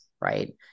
right